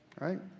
right